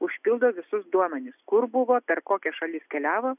užpildo visus duomenis kur buvo per kokias šalis keliavo